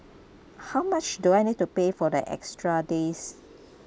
how much do I need to pay for the extra days